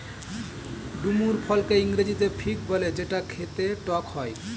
ডুমুর ফলকে ইংরেজিতে ফিগ বলে যেটা খেতে টক হয়